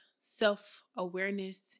self-awareness